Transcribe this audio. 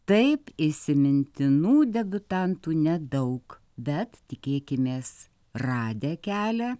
taip įsimintinų debiutantų nedaug bet tikėkimės radę kelią